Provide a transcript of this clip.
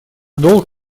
долг